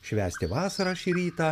švęsti vasarą šį rytą